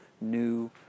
new